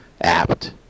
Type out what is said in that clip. apt